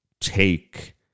take